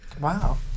wow